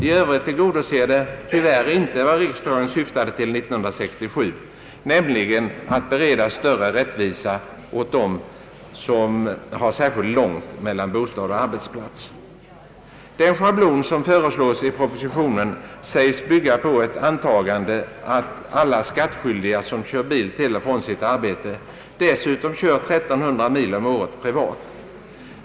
I övrigt tillgodoser det tyvärr inte vad riksdagen syftade till år 1967, nämligen att bereda större rättvisa åt dem som har särskilt långt mellan bostad och arbetsplats. Den schablon som föreslås i propositionen sägs bygga på ett antagande att alla skattskyldiga, som kör bil till och från sitt arbete, dessutom kör 1 300 mil om året privat.